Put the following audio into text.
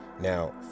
Now